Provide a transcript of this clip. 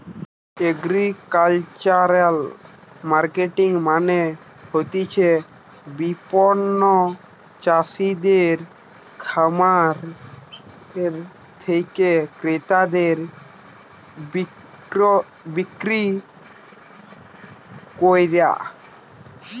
agricultural marketing মানে হতিছে বিপণন চাষিদের খামার থেকে ক্রেতাদের বিক্রি কইরা